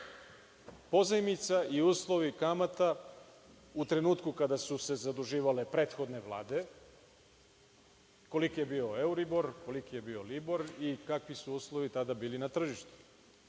pozajmice i uslovi kamata u trenutku kada su se zaduživale prethodne vlade, koliki je bio euribor, koliki je bio libor i kakve su uslovi tada bili na tržištu.